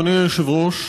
אדוני היושב-ראש,